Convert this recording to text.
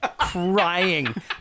crying